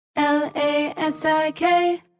L-A-S-I-K